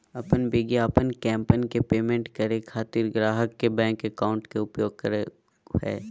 अपन विज्ञापन कैंपेन के पेमेंट करे खातिर ग्राहक के बैंक अकाउंट के उपयोग करो हइ